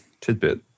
tidbit